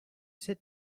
sit